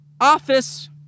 office